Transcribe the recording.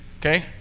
okay